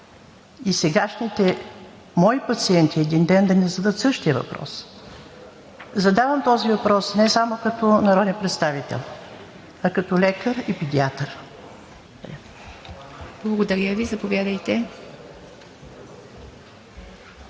и сегашните мои пациенти един ден да ми зададат същия въпрос? Задавам този въпрос не само като народен представител, а като лекар и педиатър. Благодаря.